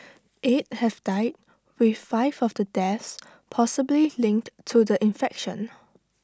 eight have died with five of the deaths possibly linked to the infection